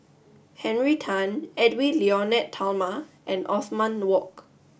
Henry Tan Edwy Lyonet Talma and Othman Wok